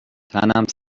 تنم